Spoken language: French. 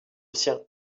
sien